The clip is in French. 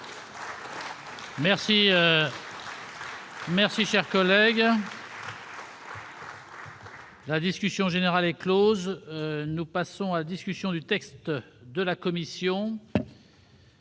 sortiront grandies ! La discussion générale est close. Nous passons à la discussion du texte de la commission.